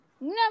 No